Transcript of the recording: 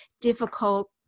difficult